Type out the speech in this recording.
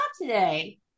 today